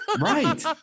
Right